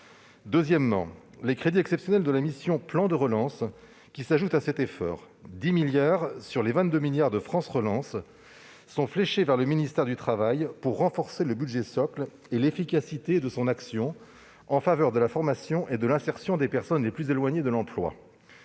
D'autre part, les crédits exceptionnels de la mission « Plan de relance » s'ajoutent à cet effort : sur les 22 milliards d'euros de France Relance, 10 milliards d'euros sont fléchés vers le ministère du travail pour renforcer son budget socle et l'efficacité de son action en faveur de la formation et de l'insertion des personnes les plus éloignées de l'emploi.